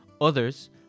Others